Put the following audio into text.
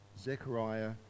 Zechariah